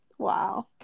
Wow